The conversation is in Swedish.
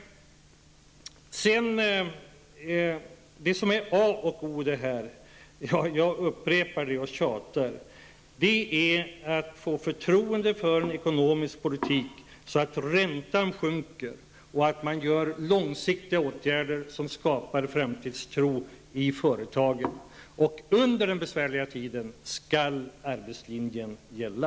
Med risk för att verka tjatig vill jag upprepa att det är a och o att få förtroende för den ekonomiska politiken så att räntan sjunker och så att man vidtar långsiktiga åtgärder som skapar framtidstro i företagen. Under denna besvärliga tid skall arbetslinjen gälla.